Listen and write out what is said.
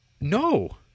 No